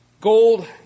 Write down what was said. gold